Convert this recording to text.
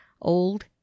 old